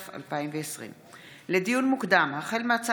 י"ח בסיוון התש"ף / 8 10 ביוני 2020 / 13 חוברת י"ג